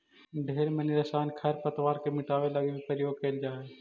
ढेर मनी रसायन खरपतवार के मिटाबे लागी भी प्रयोग कएल जा हई